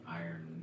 iron